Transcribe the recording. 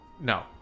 No